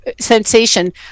sensation